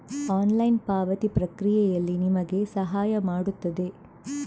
online ಪಾವತಿ ಪ್ರಕ್ರಿಯೆಯಲ್ಲಿ ನಿಮಗೆ ಸಹಾಯ ಮಾಡುತ್ತದೆ